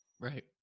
Right